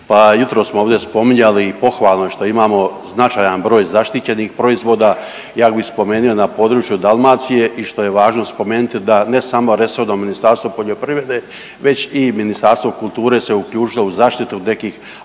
pa jutros smo ovdje spominjali i pohvalno je što imamo značajan broj zaštićenih proizvoda, ja bih spomenuo na području Dalmacije i što je važno spomenuti, da ne samo resorno Ministarstvo poljoprivrede, već i Ministarstvo kulture se uključilo u zaštitu nekih